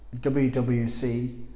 WWC